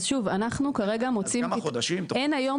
אין היום